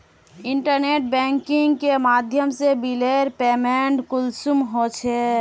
Internet banking के माध्यम से बिलेर पेमेंट कुंसम होचे?